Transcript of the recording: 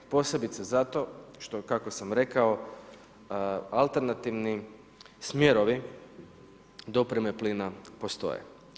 Posebice zato što, kako sam rekao, alternativni smjerovi dopreme plina postoje.